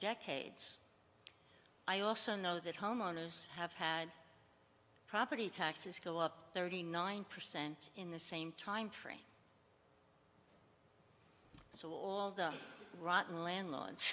decades i also know that homeowners have had property taxes go up thirty nine percent in the same timeframe so rotten landlords